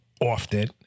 often